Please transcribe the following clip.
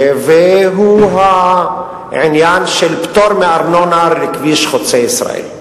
והוא העניין של הפטור מארנונה לכביש חוצה-ישראל.